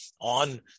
on